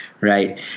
Right